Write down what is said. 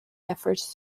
efforts